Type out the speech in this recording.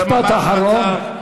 משפט אחרון.